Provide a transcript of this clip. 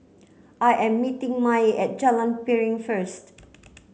I am meeting Mae at Jalan Piring first